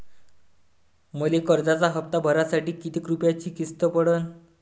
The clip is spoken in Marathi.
मले कर्जाचा हप्ता भरासाठी किती रूपयाची किस्त पडन?